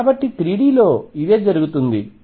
కాబట్టి 3 D లో ఇదే జరుగుతుంది